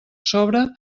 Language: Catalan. sobre